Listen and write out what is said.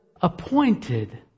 appointed